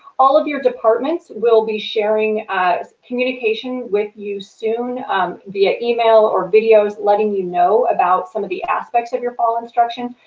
all of your departments will be sharing a communication with you soon via email or videos letting you know about some of the aspects of your fall instruction,